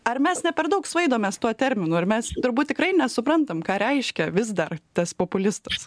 ar mes ne per daug svaidomės tuo terminu ar mes turbūt tikrai nesuprantam ką reiškia vis dar tas populistas